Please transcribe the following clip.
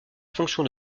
fonction